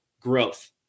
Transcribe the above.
growth